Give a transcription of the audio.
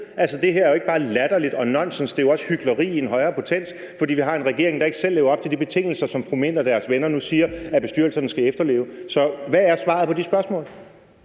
Det her er jo ikke bare latterligt og nonsens, det er jo også hykleri i en højere potens, fordi vi har en regering, der ikke selv lever op til de betingelser, som fru Birgitte Vind og hendes venner nu siger bestyrelserne skal efterleve. Så hvad er svaret på det spørgsmål?